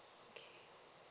okay